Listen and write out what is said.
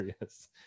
yes